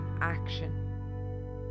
action